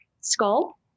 skull